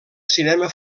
cinema